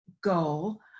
goal